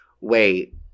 Wait